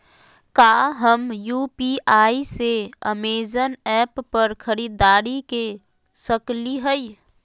का हम यू.पी.आई से अमेजन ऐप पर खरीदारी के सकली हई?